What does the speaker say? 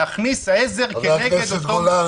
להכניס עזר כנגד --- חבר הכנסת גולן,